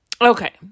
Okay